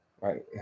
right